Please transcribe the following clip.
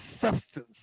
substance